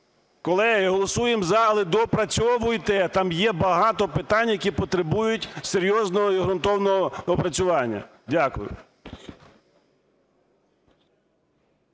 Колеги, голосуємо "за", але доопрацьовуйте, там є багато питань, які потребують серйозного і ґрунтовного опрацювання. Дякую.